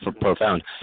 profound